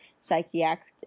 psychiatric